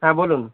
হ্যাঁ বলুন